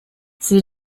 sie